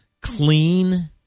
Clean